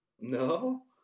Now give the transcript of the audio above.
No